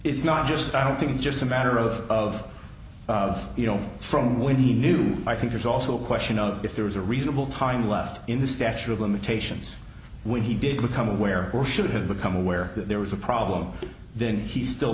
it's not just i don't think it's just a matter of of of you know from when he knew i think there's also a question of if there was a reasonable time left in the statute of limitations when he did become aware or should have become aware that there was a problem then he still